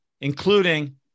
including